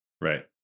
Right